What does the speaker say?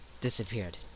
disappeared